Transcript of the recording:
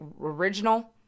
original